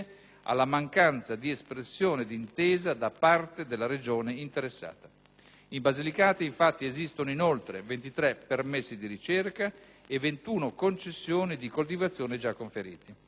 alla mancanza di espressione di intesa da parte della Regione interessata. In Basilicata insistono, inoltre, 23 permessi di ricerca e 21 concessioni di coltivazione già conferiti.